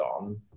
on